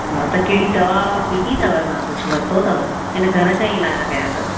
हा त कहिड़ी दवा पीती अथव तव्हां कुझु वरितो अथव के न घर जा इलाज कया अथव